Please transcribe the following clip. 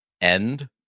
end